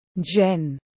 Jen